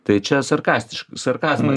tai čia sarkastiškai sarkazmas